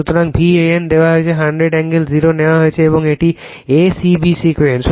সুতরাং V AN নেওয়া হয়েছে 100 এ্যঙ্গেল 0 নেওয়া হয়েছে এবং এটি a c b সিকোয়েন্স